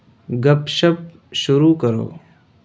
گپ شپ شروع کرو